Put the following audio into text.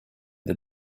the